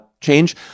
change